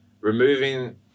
removing